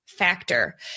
factor